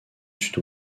sud